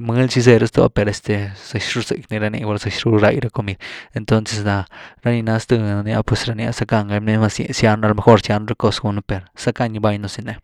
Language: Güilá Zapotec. mëly zy zeerh zhto per este zëzy ru rzëquy ni rani, gulá zëzy ru rai ra comid entons ná ra nii na zth’ah nii ah pues ra ni zackgan ga a lo mejor zyan rucos gyenu per zackan gybany un sin nëh.